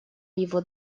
его